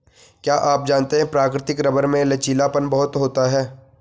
क्या आप जानते है प्राकृतिक रबर में लचीलापन बहुत होता है?